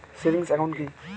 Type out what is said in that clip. Savings account কি?